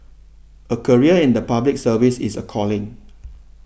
a career in the Public Service is a calling